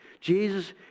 Jesus